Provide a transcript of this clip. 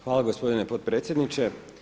Hvala gospodine potpredsjedniče.